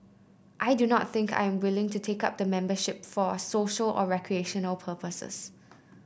I do not think I am willing to take up the membership for social or recreational purposes